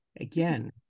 again